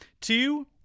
two